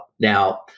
Now